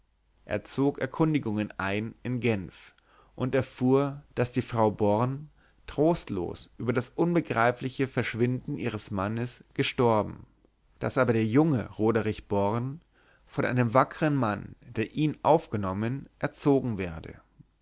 er zog erkundigungen ein in genf und erfuhr daß die frau born trostlos über das unbegreifliche verschwinden ihres mannes gestorben daß aber der junge roderich born von einem wackern mann der ihn aufgenommen erzogen werde